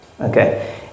okay